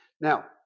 Now